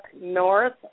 north